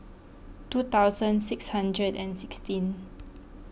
two thousand six hundred and sixteen